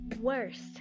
worst